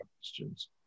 questions